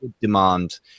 demand